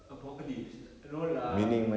apocalypse no lah